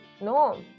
No